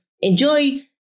enjoy